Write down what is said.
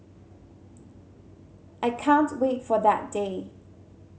I can't wait for that day